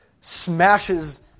smashes